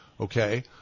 Okay